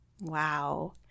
Wow